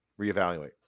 reevaluate